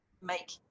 make